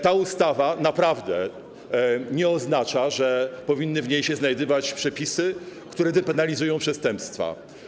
Ta ustawa naprawdę nie oznacza, że powinny w niej się znajdować przepisy, które depenalizują przestępstwa.